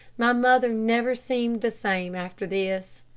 my mother never seemed the same after this.